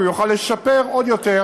כי הוא יוכל לשפר עוד יותר